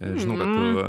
žinau kad tu